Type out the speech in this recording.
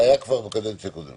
זה כבר היה בקדנציה הקודמת.